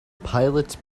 pilots